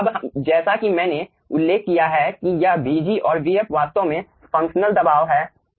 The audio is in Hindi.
अब जैसा कि मैंने उल्लेख किया है कि यह vg और vf वास्तव में फंक्शनल दबाव है